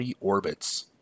orbits